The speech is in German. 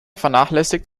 vernachlässigt